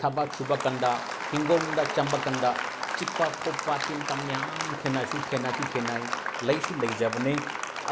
ꯊꯕꯛ ꯁꯨꯕ ꯀꯥꯟꯗ ꯏꯪꯈꯣꯜꯗ ꯆꯪꯕ ꯀꯥꯟꯗ ꯆꯤꯛꯄ ꯈꯣꯠꯄ ꯇꯤꯟ ꯀꯥꯡ ꯌꯥꯝ ꯊꯦꯡꯅꯁꯨ ꯊꯦꯡꯅꯁꯨ ꯊꯦꯡꯅꯩ ꯂꯩꯁꯨ ꯂꯩꯖꯕꯅꯤ